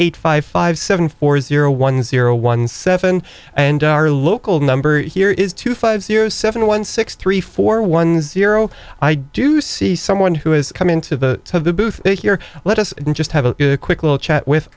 eight five five seven four zero one zero one seven and our local number here is two five zero seven zero one six three four one zero i do see someone who has come into the booth here let us just have a quick little chat with